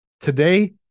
today